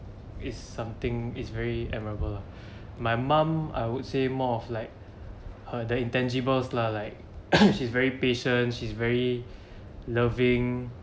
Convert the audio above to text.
is something is very admirable lah my mom I would say more of like her the intangibles lah like she's very patient she is very loving